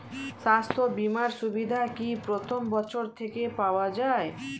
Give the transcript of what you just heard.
স্বাস্থ্য বীমার সুবিধা কি প্রথম বছর থেকে পাওয়া যায়?